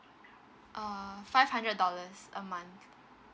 err five hundred dollars a month